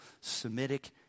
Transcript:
Semitic